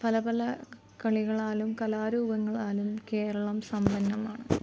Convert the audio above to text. പല പല കളികളാലും കലാരൂപങ്ങളാലും കേരളം സമ്പന്നമാണ്